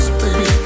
baby